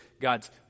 God's